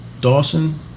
Dawson